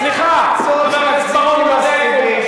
קיצוץ תקציבי מסיבי,